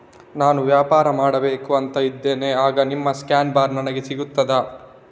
ನಾನು ವ್ಯಾಪಾರ ಮಾಡಬೇಕು ಅಂತ ಇದ್ದೇನೆ, ಆಗ ನಿಮ್ಮ ಸ್ಕ್ಯಾನ್ ಬಾರ್ ನನಗೆ ಸಿಗ್ತದಾ?